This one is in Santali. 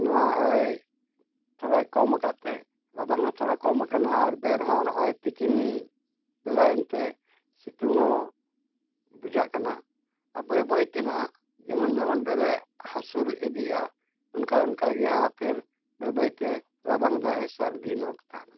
ᱱᱚᱣᱟ ᱦᱚᱭ ᱛᱷᱚᱲᱟᱭ ᱠᱚᱢ ᱟᱠᱟᱫᱛᱮ ᱨᱟᱵᱟᱝ ᱦᱚᱸ ᱛᱷᱚᱲᱟ ᱠᱚᱢ ᱟᱠᱟᱱᱟ ᱟᱨ ᱵᱮᱨ ᱦᱚᱸ ᱱᱚᱜᱼᱚᱭ ᱛᱤᱠᱤᱱ ᱵᱮᱲᱟᱭᱮᱱ ᱛᱮ ᱥᱤᱛᱩᱝ ᱦᱚᱸ ᱵᱩᱡᱷᱟᱹᱜ ᱠᱟᱱᱟ ᱟᱨ ᱵᱟᱹᱭᱼᱵᱟᱹᱭᱛᱮ ᱱᱟᱦᱟᱜ ᱡᱮᱢᱚᱱ ᱡᱮᱢᱚᱱ ᱵᱮᱨᱮ ᱦᱟᱹᱥᱩᱨ ᱤᱫᱤᱜᱼᱟ ᱚᱱᱠᱟ ᱚᱱᱠᱟ ᱜᱮ ᱱᱟᱦᱟᱜ ᱯᱷᱤᱨ ᱵᱟᱹᱭᱼᱵᱟᱹᱭᱛᱮ ᱨᱟᱵᱟᱝ ᱫᱚ ᱱᱟᱦᱟᱜ ᱮ ᱥᱟᱹᱨᱫᱤᱧᱚᱜ ᱛᱟᱵᱚᱱ